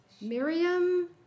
Miriam